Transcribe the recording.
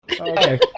Okay